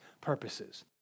purposes